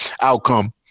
outcome